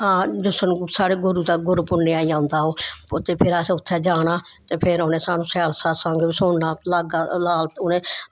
आं साढ़े गुरू दा गुरू पुन्नेआं गी आंदा ओह् ते जिसलै असें उत्थें जाना ते फिर उनें सानूं शैल सत्संग बी सुनना की अग्गें उनें